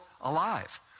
alive